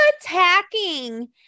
attacking